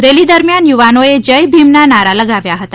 rally દરમિયાન યુવાનોએ જય ભીમના નારા લગાવ્યાહતા